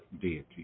deity